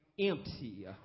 Empty